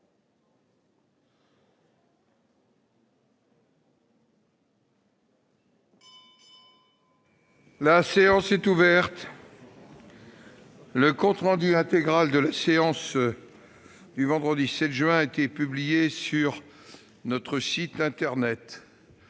La séance est ouverte. Le compte rendu intégral de la séance du vendredi 7 juin 2019 a été publié sur le site internet